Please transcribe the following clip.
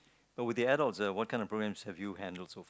but with the adults what kind of programs have you handle so far